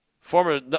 former